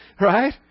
Right